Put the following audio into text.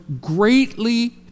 greatly